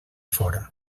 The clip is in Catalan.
fora